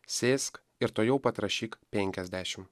sėsk ir tuojau pat rašyk penkiasdešim